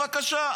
בבקשה.